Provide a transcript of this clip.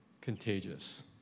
contagious